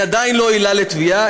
היא עדיין לא עילה לתביעה,